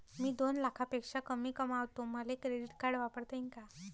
मी दोन लाखापेक्षा कमी कमावतो, मले क्रेडिट कार्ड वापरता येईन का?